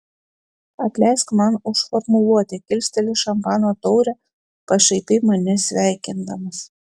atleisk man už formuluotę kilsteli šampano taurę pašaipiai mane sveikindamas